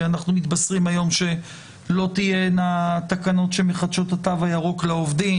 ואנחנו מתבשרים היום שלא תהיינה תקנות שמחדשות את התו הירוק לעובדים,